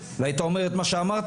והיית אומר את מה שאמרת,